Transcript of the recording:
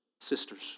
sisters